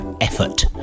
effort